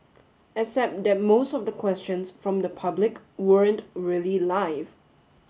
except that most of the questions from the public weren't really live